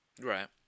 Right